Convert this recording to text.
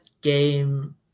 game